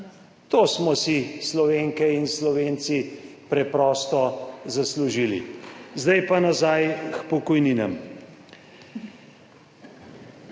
To smo si Slovenke in Slovenci preprosto zaslužili. Zdaj pa nazaj k pokojninam.